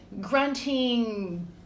grunting